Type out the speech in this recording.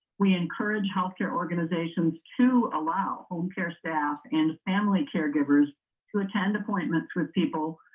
we encourage health care organizations to allow homecare staff and family caregivers to attend appointments with people